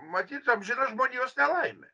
matyt amžina žmonijos nelaimė